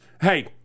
hey